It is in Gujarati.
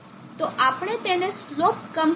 તો આપણે તેને સ્લોપ ક્મ્પેન્સેસન રેફરન્સ સાથે બદલીશું